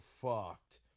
fucked